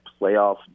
playoff